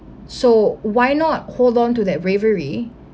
so why not hold on to that bravery